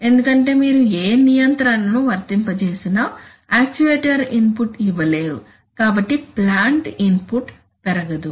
ఎందుకంటే మీరు ఏ నియంత్రణను వర్తింపజేసినా యాక్యుయేటర్ ఇన్పుట్ ఇవ్వలేరు కాబట్టి ప్లాంట్ ఇన్పుట్ పెరగదు